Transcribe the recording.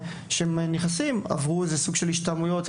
שנכנסים עבור סוג של השתלמויות,